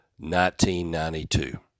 1992